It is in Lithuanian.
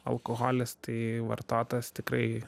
alkoholis tai vartotas tikrai